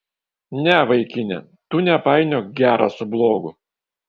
ne vaikine tu nepainiok gero su blogu